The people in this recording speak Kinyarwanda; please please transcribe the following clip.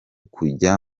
kujya